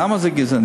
למה זה גזעני?